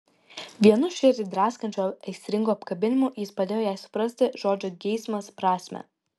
vienu širdį draskančiu aistringu apkabinimu jis padėjo jai suprasti žodžio geismas prasmę